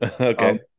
Okay